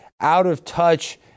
out-of-touch